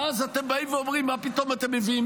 ואז אתם באים ואומרים: מה פתאום אתם מביאים